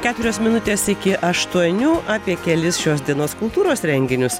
keturios minutės iki aštuonių apie kelis šios dienos kultūros renginius